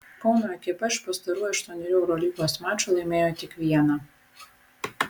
kauno ekipa iš pastarųjų aštuonerių eurolygos mačų laimėjo tik vieną